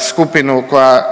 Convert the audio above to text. skupinu koja